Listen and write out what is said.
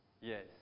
Yes